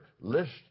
list